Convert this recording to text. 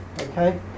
okay